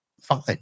fine